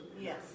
Yes